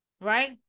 Right